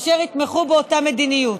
אשר ייתמכו באותה מדיניות.